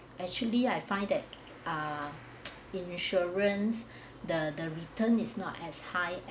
actually I find that ah insurance the the return is not as high